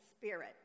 spirit